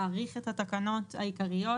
להאריך את התקנות העיקריות,